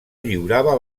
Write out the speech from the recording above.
lliurava